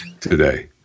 today